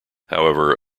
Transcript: however